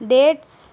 dates